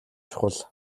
чухал